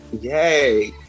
yay